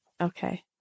okay